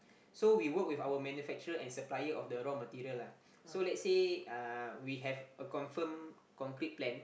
so we work with our manufacturer and supplier of the raw material lah so let's say uh we have a confirm concrete plan